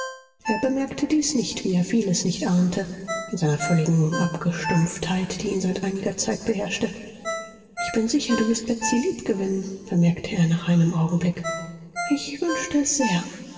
er bemerkte dies nicht wie er vieles nicht ahnte in seiner völligen abgestumpftheit die ihn seit einiger zeit beherrschte ich bin sicher du wirst betsy liebgewinnen bemerkte er nach einem augenblick ich wünschte es sehr